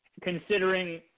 considering